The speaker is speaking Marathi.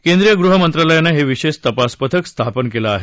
केंद्रिय गृह मंत्रालयानं हे विशेष तपास पथक स्थापन केलं आहे